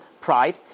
pride